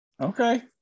Okay